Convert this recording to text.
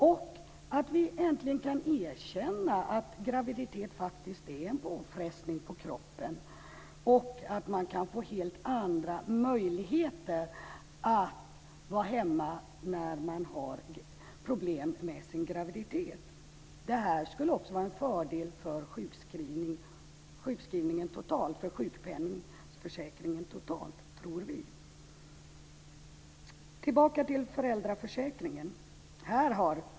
Vi borde äntligen erkänna att graviditet faktiskt är en påfrestning på kroppen. Man borde ha helt andra möjligheter att vara hemma när man har problem med sin graviditet. Detta skulle också vara en fördel för sjukförsäkringen totalt.